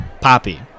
Poppy